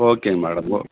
ஓகேங்க மேடம் ஓ